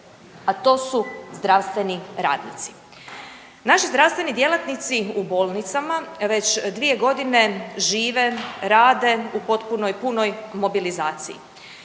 a to su zdravstveni radnici. Naši zdravstveni djelatnici u bolnicama već 2 godine žive, rade u potpunoj, punoj mobilizaciji.